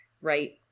right